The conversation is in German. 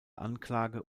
anklage